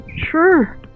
sure